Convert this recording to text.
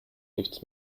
nichts